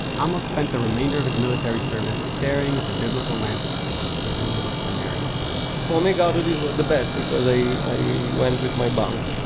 spent the remainder of his military service staring at the biblical landscape of the hills of samaria for me guard duties was the best because i i went with my bong,